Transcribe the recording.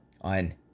on